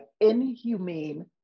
inhumane